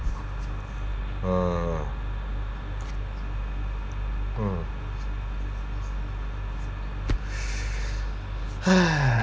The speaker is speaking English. mm mm